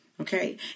okay